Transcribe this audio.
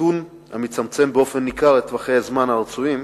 נתון המצמצם באופן ניכר את טווחי הזמן הרצויים,